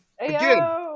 Again